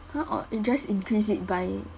!huh! or it just increase it by